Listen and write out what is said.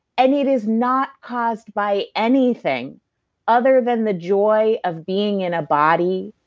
and it is not caused by anything other than the joy of being in a body,